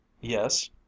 Yes